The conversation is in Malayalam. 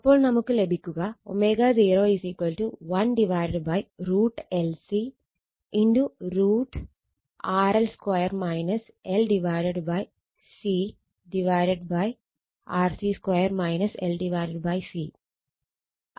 അപ്പോൾ നമുക്ക് ലഭിക്കുക ω0 1√LC √ RL 2 L C RC 2 L C